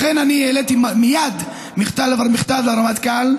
לכן אני העליתי מייד מכתב לרמטכ"ל,